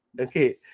okay